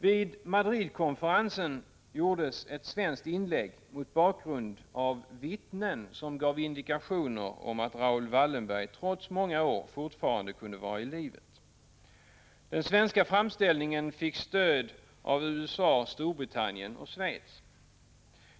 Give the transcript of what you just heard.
Vid Madridkonferensen gjordes ett svenskt inlägg mot bakgrund av att vittnen givit indikationer på att Raoul Wallenberg, trots att många år förflutit efter försvinnandet, fortfarande kunde vara i livet. Den svenska framställningen fick stöd av USA, Storbritannien och Schweiz.